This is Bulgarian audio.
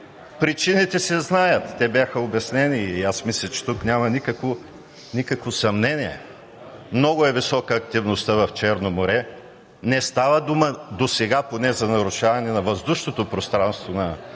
Причините бяха обяснени и аз мисля, че тук няма никакво съмнение. Много е висока активността в Черно море. Не става дума досега за нарушаване на въздушното пространство